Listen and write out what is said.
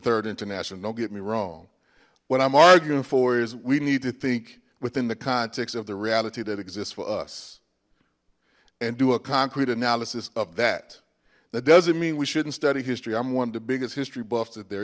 third international don't get me wrong what i'm arguing for is we need to think within the context of the reality that exists for us and do a concrete analysis of that that doesn't mean we shouldn't study history i'm one of the biggest history buffs that there